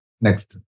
Next